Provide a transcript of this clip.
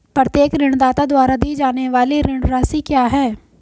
प्रत्येक ऋणदाता द्वारा दी जाने वाली ऋण राशि क्या है?